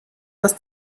das